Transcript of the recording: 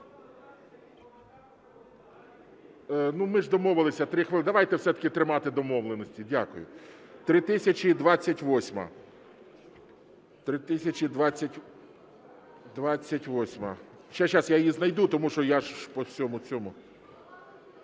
Ну, ми ж домовилися. Давайте все-таки тримати домовленості. Дякую. 3028-а. Зараз я її знайду, тому що я ж по цьому…